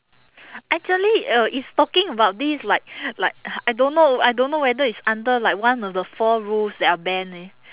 actually uh is talking about this like like I don't know I don't know whether is under like one of the four rules that are ban leh